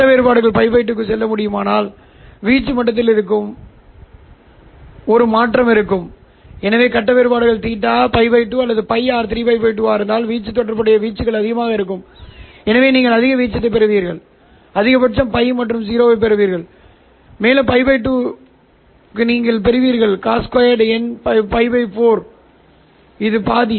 கட்ட வேறுபாடுகள் л 2 க்கு செல்ல முடியுமானால் வீச்சு மட்டத்தில் மாற்றம் இருக்கும் எனவே கட்ட வேறுபாடுகள் 0 л 2 அல்லது л அல்லது 3 л 2 ஆக இருந்தால் வீச்சு தொடர்புடைய வீச்சுகள் அதிகபட்சமாக இருக்கும் எனவே நீங்கள் அதிகபட்சத்தைப் பெறுவீர்கள் அதிகபட்சம் л மற்றும் 0 ஐப் பெறுவீர்கள் மேலும் л 2 க்கு நீங்கள் பெறுவீர்கள் cos2 л4 இது பாதி